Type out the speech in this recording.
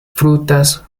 frutas